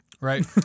Right